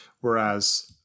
Whereas